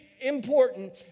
important